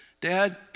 Dad